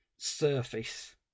surface